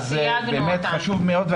אז זה באמת חשוב מאוד.